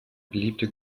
beliebte